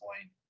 point